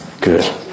Good